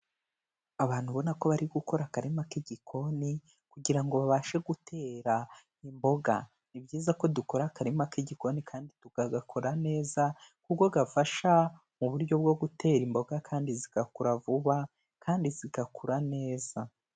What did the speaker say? Abantu ubona ko bari gukora akarima k'igikoni kugira ngo babashe gutera imboga. Ni byiza ko dukora akarima k'igikoni kandi tukagakora neza, kuko gafasha mu buryo bwo gutera imboga, kandi zigakura vuba kandi zigakura neza.